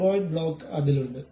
cuboid block അതിലുണ്ട്